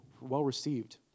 well-received